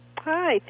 Hi